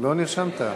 לא נרשמת.